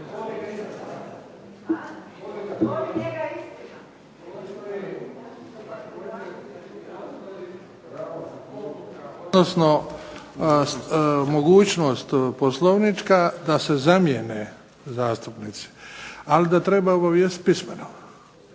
odnosno mogućnost poslovnička da se zamijene zastupnici, ali da treba obavijestiti pismeno.